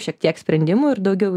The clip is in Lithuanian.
šiek tiek sprendimų ir daugiau